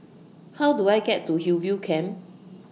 How Do I get to Hillview Camp